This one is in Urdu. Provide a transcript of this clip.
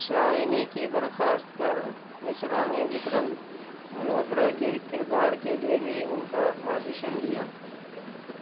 شائنی کی درخواست پر مشرا نے وکرم ملہوترا کے کردار کے لیے بھی ان کا آڈیشن لیا